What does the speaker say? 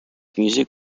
music